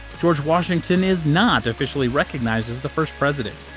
george washington is not officially recognized as the first president.